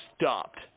stopped